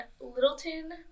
Littleton